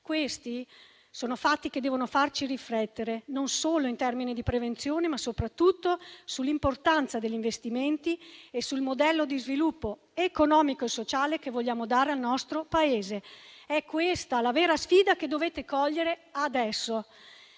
Questi sono fatti che devono farci riflettere non solo in termini di prevenzione, ma soprattutto sull'importanza degli investimenti e sul modello di sviluppo economico e sociale che vogliamo dare al nostro Paese. È questa la vera sfida che dovete cogliere adesso.